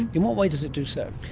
in what way does it do so?